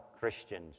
Christians